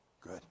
Good